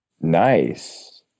Nice